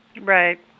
Right